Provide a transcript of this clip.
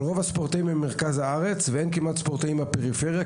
רוב הספורטאים הם ממרכז הארץ ואין כמעט ספורטאים מהפריפריה.